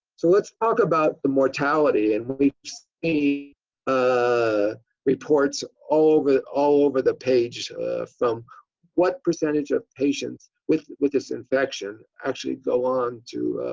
so let's talk about the mortality. and we've seen ah reports all over all over the page from what percentage of patients with with this infection actually go on to